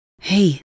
Hey